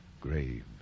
grave